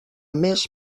més